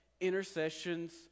intercessions